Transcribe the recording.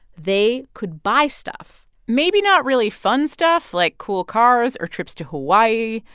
they could buy stuff maybe not really fun stuff like cool cars or trips to hawaii,